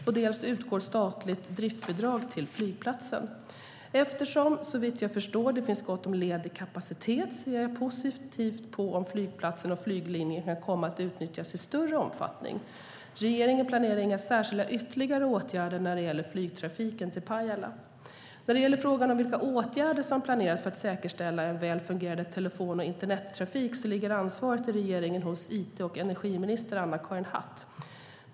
Och dels utgår statligt driftsbidrag till flygplatsen. Eftersom, såvitt jag förstår, det finns gott om ledig kapacitet ser jag positivt på om flygplatsen och flyglinjen kan komma att utnyttjas i större omfattning. Regeringen planerar inga särskilda ytterligare åtgärder när det gäller flygtrafiken till Pajala. När det gäller frågan om vilka åtgärder som planeras för att säkerställa en väl fungerande telefon och internettrafik ligger ansvaret i regeringen hos it och energiminister Anna-Karin Hatt.